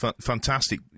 Fantastic